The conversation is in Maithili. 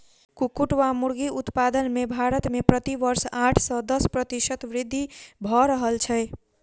कुक्कुट वा मुर्गी उत्पादन मे भारत मे प्रति वर्ष आठ सॅ दस प्रतिशत वृद्धि भ रहल छै